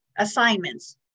assignments